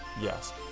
Yes